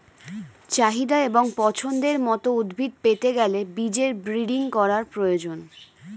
চাহিদা এবং পছন্দের মত উদ্ভিদ পেতে গেলে বীজের ব্রিডিং করার প্রয়োজন